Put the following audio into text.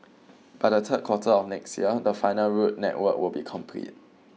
by the third quarter of next year the final road network will be complete